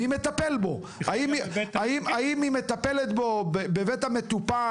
האם היא מטפלת בו בבית המטופל,